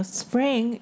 spring